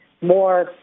more